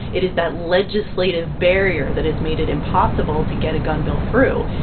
it is that legislative barrier that has made it impossible to get a gun bill through.